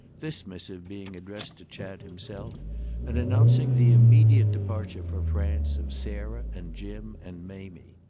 this missive being addressed to chad himself and announcing the immediate departure for france of sarah and jim and mamie.